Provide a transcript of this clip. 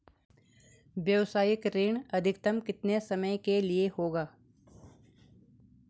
व्यावसायिक ऋण अधिकतम कितने समय के लिए होगा?